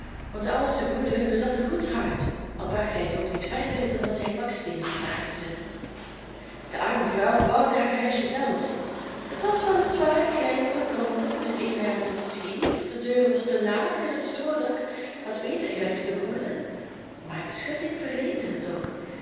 want de oudste broeder bezat een goed hart al bracht hij het ook niet verder dan dat hij baksteenen vervaardigde de arme vrouw bouwde haar huisje zelf het was wel is waar klein en bekrompen het eene raam zat scheef de deur was te laag en het stroodak had beter gelegd kunnen worden maar beschutting verleende het toch